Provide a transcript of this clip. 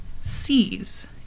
sees